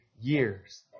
years